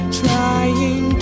trying